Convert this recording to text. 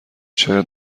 شاید